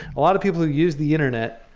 a lot of people who use the internet,